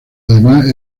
además